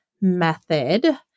method